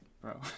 Bro